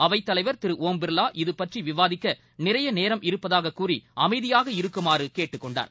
அவைத் தலைவர் திரு ஓம் பிர்வா இதுபற்றி விவாதிக்க நிறைய நேரம் இருப்பதாகக் கூறி அமைதியாக இருக்குமாறு கேட்டுக் கொண்டார்